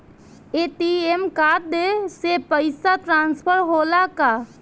ATM card से पैसा transfer होला का?